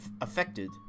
affected